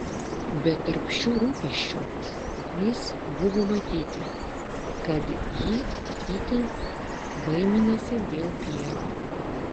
bet tarp šių rūpesčių vis buvo matyti kad ji itin baiminasi dėl pjero